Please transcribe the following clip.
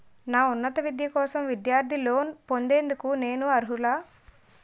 నా ఉన్నత విద్య కోసం విద్యార్థి లోన్ పొందేందుకు నేను అర్హులా?